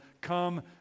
come